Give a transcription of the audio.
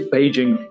Beijing